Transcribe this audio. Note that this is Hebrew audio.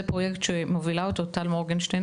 פרויקט שמובילה ויזמה אותו טל מורגנשטיין,